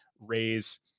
raise